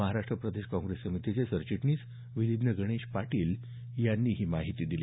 महाराष्ट्र प्रदेश काँग्रेस समितीचे सरचिटणीस विधीज्ञ गणेश पाटील यांनी ही माहिती दिली